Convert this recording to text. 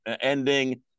ending